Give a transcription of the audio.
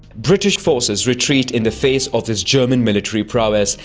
british forces retreat in the face of this german military prowess,